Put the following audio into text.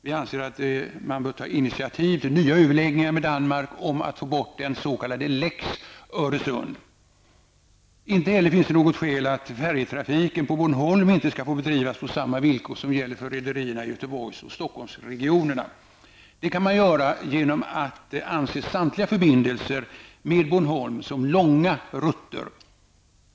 Vi anser att man bör ta initiativ till nya överläggningar med Danmark om att få bort den s.k. Lex Öresund. Inte heller finns det något skäl för att färjetrafiken på Bornholm inte skall få drivas på samma villkor som gäller för rederierna i Göteborgs och Stockholmsregionerna. Det kan ske genom att man anser samtliga förbindelser med Bornholm som långa rutter.